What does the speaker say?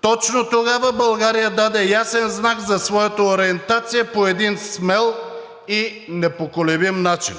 Точно тогава България даде ясен знак за своята ориентация по един смел и непоколебим начин.